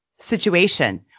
situation